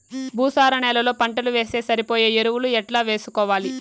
భూసార నేలలో పంటలు వేస్తే సరిపోయే ఎరువులు ఎట్లా వేసుకోవాలి?